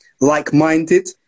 like-minded